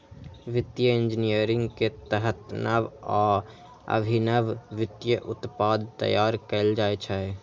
वित्तीय इंजीनियरिंग के तहत नव आ अभिनव वित्तीय उत्पाद तैयार कैल जाइ छै